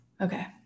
Okay